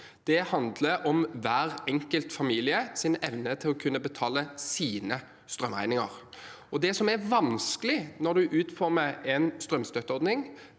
Det handler om hver enkelt families evne til å kunne betale sine strømregninger. Det som er vanskelig når en utformer en strømstøtteordning,